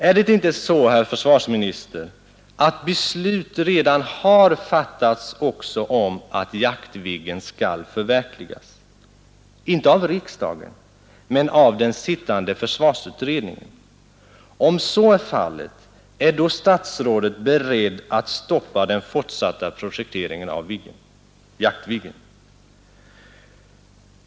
Är det ändå inte så, herr försvarsminister, att beslut redan har fattats också om att Jaktviggen skall förverkligas — inte av riksdagen, men av den sittande försvarsutredningen? Om så är fallet, är då statsrådet beredd att stoppa den fortsatta projekteringen av Jaktviggen?